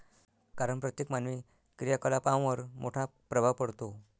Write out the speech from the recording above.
कारण प्रत्येक मानवी क्रियाकलापांवर मोठा प्रभाव पडतो